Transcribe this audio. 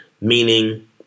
meaning